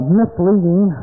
misleading